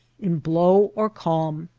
in blow or calm,